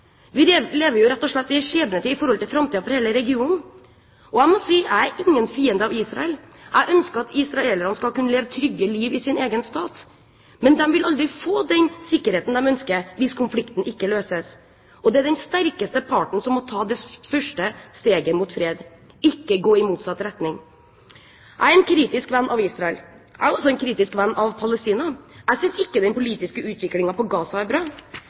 Vi lever rett og slett i en skjebnetid med tanke på framtiden til hele regionen. Jeg er ingen fiende av Israel, jeg ønsker at israelerne skal kunne leve trygge liv i sin egen stat. Men de vil aldri få den sikkerheten de ønsker, hvis konflikten ikke løses. Det er den sterkeste parten som må ta det første steget mot fred, ikke gå i motsatt retning. Jeg er en kritisk venn av Israel. Jeg er også en kritisk venn av Palestina. Jeg synes ikke den politiske utviklinga i Gaza